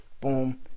boom